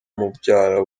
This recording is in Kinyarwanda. mubyara